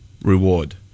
reward